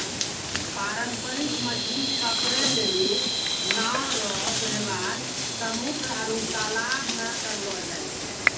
पारंपरिक मछली पकड़ै लेली नांव रो वेवहार समुन्द्र आरु तालाश मे करलो जाय छै